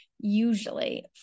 usually